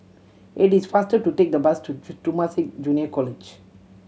it is faster to take the bus to Temasek Junior College